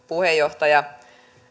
puheenjohtaja